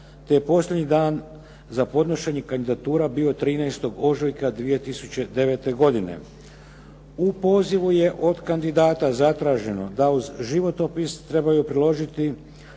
te je posljednji dan za podnošenje kandidatura bio 13. ožujka 2009. godine. U pozivu od kandidata zatraženo da uz životopis trebaju priložiti